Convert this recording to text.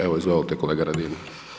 Evo, izvolite kolega Radin.